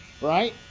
right